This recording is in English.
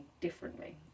differently